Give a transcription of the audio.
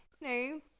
no